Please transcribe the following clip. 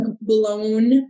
blown